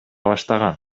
баштаган